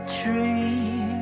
tree